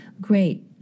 Great